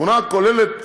התמונה הכוללת,